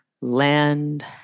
land